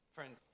Friends